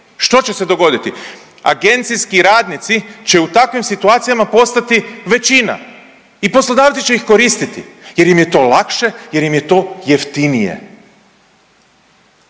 Što će se dogoditi? Agencijski radnici će u takvim situacijama postati većina i poslodavci će ih koristiti, jer im je to lakše, jer im je to jeftinije